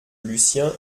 lucien